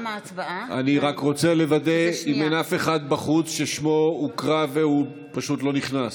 אני רק רוצה לוודא אם אין אף אחד בחוץ ששמו הוקרא והוא לא נכנס.